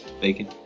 Bacon